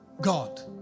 God